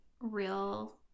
real